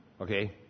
Okay